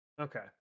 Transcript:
Okay